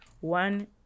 One